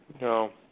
No